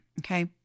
Okay